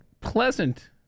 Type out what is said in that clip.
pleasant